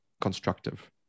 constructive